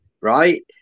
right